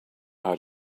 how